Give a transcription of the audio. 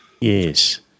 Yes